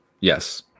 Yes